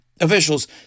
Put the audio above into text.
Officials